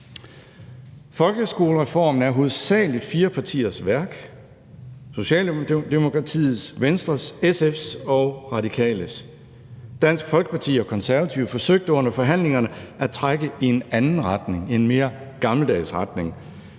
Folkeskolereformen er hovedsagelig fire partiers værk – Socialdemokratiet, Venstre, SF og Radikale Venstres. Dansk Folkeparti og De Konservative forsøgte under forhandlingerne at trække i en anden retning, en mere gammeldags retning.